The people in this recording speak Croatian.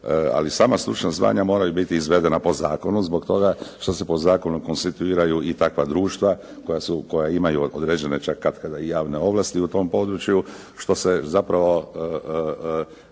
ali sama stručna zvanja moraju biti izvedena po zakonu zbog toga što se po zakonu konstituiraju i takva društva koja imaju određene čak katkada i javne ovlasti u tom području, što se zapravo